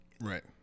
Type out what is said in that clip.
right